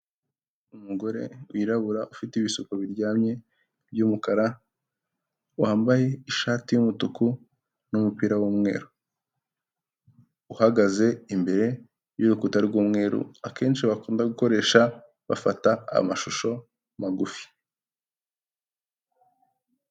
Umugore wirabura ufite ibisuko biryamye by'umukara wambaye ishati y'umutuku n'umupira w'umweru, uhagaze imbere y'urukuta rw'umweru akenshi bakunda gukoresha bafata amashusho magufi.